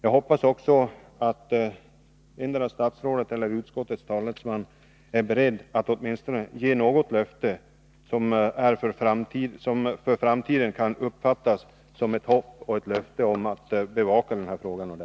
Jag hoppas också att endera statsrådet eller också utskottets talesman är beredd att åtminstone ge ett löfte om att man skall bevaka den här frågan, vilket för framtiden kan uppfattas som hoppingivande.